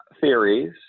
theories